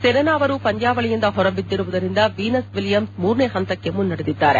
Serena ಅವರು ಪಂದ್ಲಾವಳಿಯಿಂದ ಹೊರಬಿದ್ದಿರುವುದರಿಂದ ವೀನಸ್ ವಿಲಿಯಮ್ಸ್ ಮೂರನೇ ಹಂತಕ್ಕೆ ಮುನ್ನಡೆದಿದ್ದಾರೆ